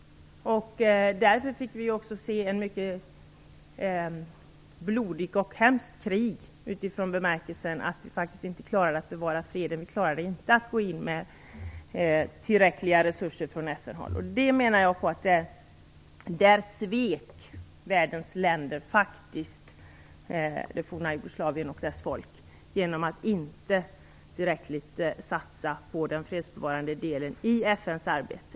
Vi fick se ett mycket blodigt och hemskt krig därför att vi inte klarade att bevara freden och att gå in med tillräckliga resurser från FN. Jag menar att världens länder svek det forna Jugoslavien och dess folk genom att inte satsa tillräckligt på den fredsbevarande delen i FN:s arbete.